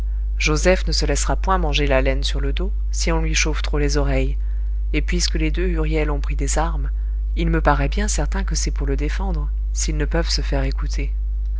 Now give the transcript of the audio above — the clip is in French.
joseph ne se laissera point manger la laine sur le dos si on lui chauffe trop les oreilles et puisque les deux huriel ont pris des armes il me paraît bien certain que c'est pour le défendre s'ils ne peuvent se faire écouter